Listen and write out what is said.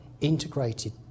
integrated